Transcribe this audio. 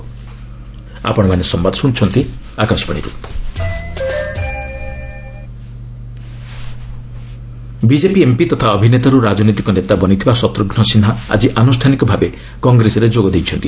Congress Shatrughan Sinha BJP MP ତଥା ଅଭିନେତାରୁ ରାଜନୈତିକ ନେତା ବନିଥିବା ଶତ୍ରଘ୍ନ ସିହ୍ନା ଆଜି ଆନୁଷ୍ଠାନିକ ଭାବେ କଂଗ୍ରେସରେ ଯୋଗଦେଇଛନ୍ତି